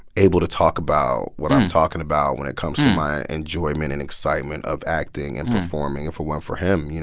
able to talk about what i'm talking about when it comes to my enjoyment and excitement of acting and performing if it weren't for him, you know